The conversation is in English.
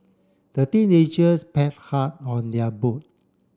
the teenagers pad hard on their boat